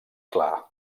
clar